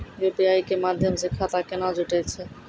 UPI के माध्यम से खाता केना जुटैय छै?